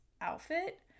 outfit